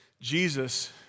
Jesus